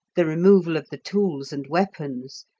the removal of the tools and weapons,